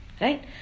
Right